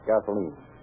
gasoline